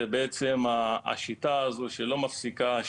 זה בעצם השיטה הזו שלא מפסיקה,